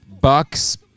Bucks